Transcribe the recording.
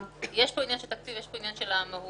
יש פה עניין של תקציב ויש פה עניין של המהות.